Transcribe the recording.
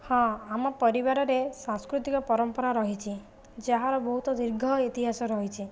ହଁ ଆମ ପରିବାରରେ ସାଂସ୍କୃତିକ ପରମ୍ପରା ରହିଛି ଯାହାର ବହୁତ ଦୀର୍ଘ ଇତିହାସ ରହିଛି